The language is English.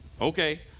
okay